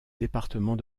département